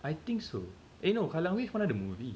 I think so eh no kallang wave mana ada movie